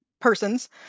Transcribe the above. persons